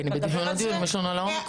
כי אני בין דיון לדיון, מה לעשות?